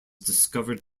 discovered